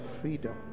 freedom